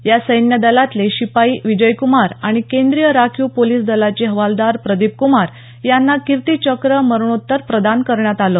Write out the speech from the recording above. या सैन्य दलातले शिपाई विजय कुमार आणि केंद्रीय राखीव पोलिस दलाचे हवालदार प्रदीप कुमार यांना कीर्ती चक्र मरणोत्तर प्रदान करण्यात आलं